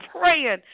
praying